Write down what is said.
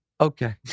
okay